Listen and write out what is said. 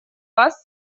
вас